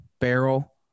Barrel